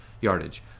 yardage